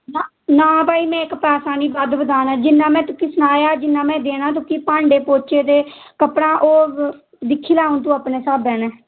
ना भाई में इक पैसा निं बद्ध बधाना जिन्ना में तुक्की सनाया जिन्ना में देना तुगी भांडे पोच्चे दे कपड़ा ओह् दिक्खी लै हून तू अपने स्हाबै नै